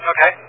Okay